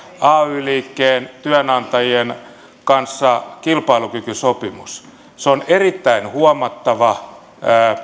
ay liikkeen työnantajien kanssa kilpailukykysopimus se on erittäin huomattava